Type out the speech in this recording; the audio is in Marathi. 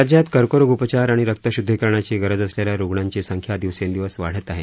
राज्यात कर्करोग उपचार आणि रक्तशुद्धिकरणाची गरज असलेल्या रुग्णांची संख्या दिवसेंदिवस वाढत आहे